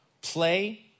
play